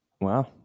Wow